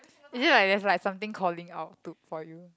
is it like there's like something calling out to for you